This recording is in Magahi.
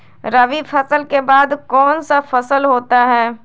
रवि फसल के बाद कौन सा फसल होता है?